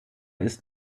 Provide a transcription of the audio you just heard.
ist